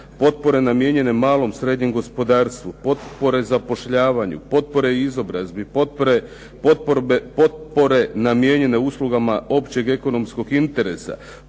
potpore namijenjene malom, srednjem gospodarstvu, potpore zapošljavanju, potpore izobrazbi, potpore namijenjene uslugama općeg ekonomskog interesa,